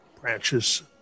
branches